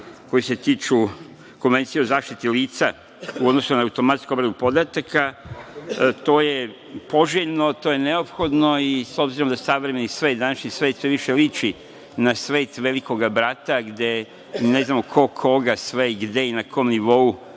koje se tiču Konvenciji o zaštiti lica u odnosu na automatsku obradu podataka, to je poželjno, to je neophodno i s obzirom da savremeni svet, današnji svet sve više liči na svet „Velikog brata“ gde ne znamo ko koga sve, gde i na kom nivou